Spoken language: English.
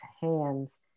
hands